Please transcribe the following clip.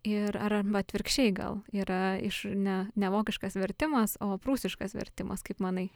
ir araba atvirkščiai gal yra iš ne ne vokiškas vertimas o prūsiškas vertimas kaip manai